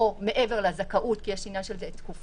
או מעבר לזכאות כי יש עניין של תקופות,